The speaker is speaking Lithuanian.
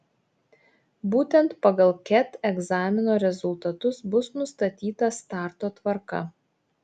būtent pagal ket egzamino rezultatus bus nustatyta starto tvarka